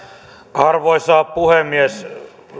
arvoisa puhemies